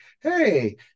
hey